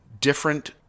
different